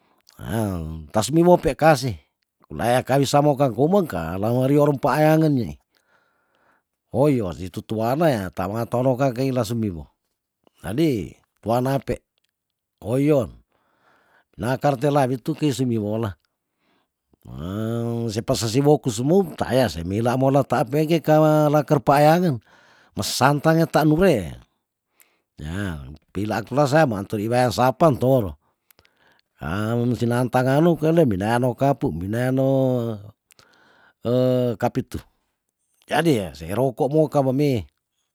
tasbi wope kasih kula ya kawisa mokang komeng kalang erior mpaya ngenyi ohiyon itu tuana yah tamatolo ka keila sumiwo jadi tuana pe ohiyon nakartela wituti simiwol sepasasiwoku semum taya sei mila monataap meike kama laker paayangen mesantang weta lure yah peilaan kula sa maanto iwaya sapa ntoro ah menu sinantang nganu kelei minayano kapu minayano kapitu jadi ya sei roko moka memi